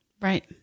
Right